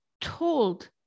told